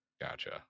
Gotcha